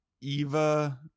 Eva